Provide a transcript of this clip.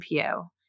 PO